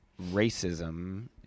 racism